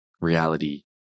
reality